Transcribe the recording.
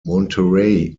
monterey